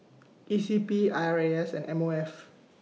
E C P I R A S and M O F